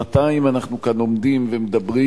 שנתיים אנחנו כאן עומדים ומדברים.